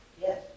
Yes